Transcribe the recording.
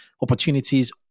opportunities